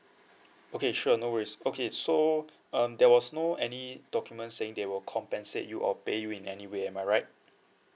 okay sure no worries okay so um there was no any documents saying they will compensate you or pay you in any way am I right